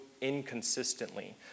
inconsistently